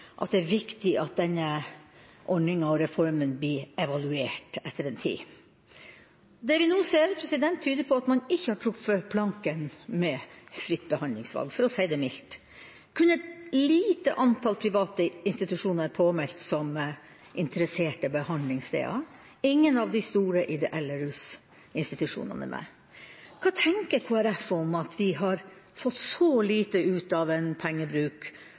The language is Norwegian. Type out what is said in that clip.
at det er viktig at ordninga og reformen blir evaluert etter en tid. Det vi nå ser, tyder på at man ikke har truffet planken med fritt behandlingsvalg – for å si det mildt. Kun et lite antall private institusjoner er påmeldt som interesserte behandlingssteder. Ingen av de store ideelle rusinstitusjonene er med. Hva tenker Kristelig Folkeparti om at vi har fått så lite ut av en pengebruk